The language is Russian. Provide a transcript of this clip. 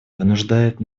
вынуждает